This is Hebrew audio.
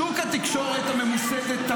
שוק התקשורת הממוסדת,